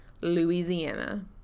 Louisiana